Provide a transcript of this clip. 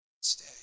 stay